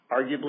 Arguably